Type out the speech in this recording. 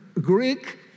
Greek